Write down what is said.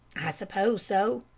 i suppose so.